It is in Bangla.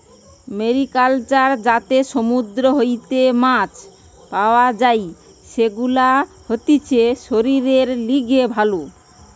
মেরিকালচার যাতে সমুদ্র হইতে মাছ পাওয়া যাই, সেগুলা হতিছে শরীরের লিগে ভালো